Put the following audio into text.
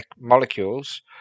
molecules